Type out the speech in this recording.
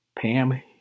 Pam